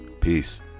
peace